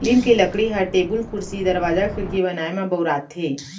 लीम के लकड़ी ह टेबुल, कुरसी, दरवाजा, खिड़की बनाए म बउराथे